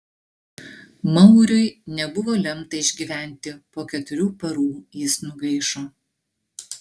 mauriui nebuvo lemta išgyventi po keturių parų jis nugaišo